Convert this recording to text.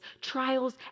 trials